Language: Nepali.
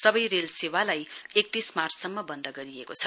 सबै रेल सेवालाई एकतीस मार्च सम्म बन्द गरिएको छ